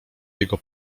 jego